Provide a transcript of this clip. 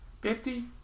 Fifty